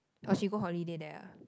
oh she go holiday there ah